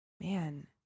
Man